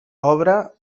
obra